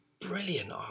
brilliant